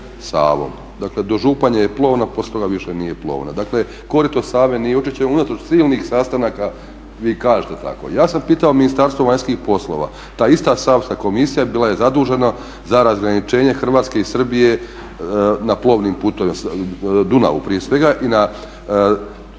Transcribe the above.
Savom. Dakle, do Županje je plovna i poslije toga više nije plovna. Dakle, korito Save ni unatoč silnih sastanaka, vi kažete tako. Ja sam pitao Ministarstvo vanjskih poslova, ta ista Savska komisija bila je zadužena za razgraničenje Hrvatske i Srbije na plovnim putovima, Dunavu prije svega, i na